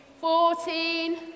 Fourteen